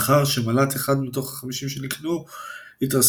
לאחר שמל"ט 1 מתוך 50 שנקנו התרסק,